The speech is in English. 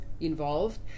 involved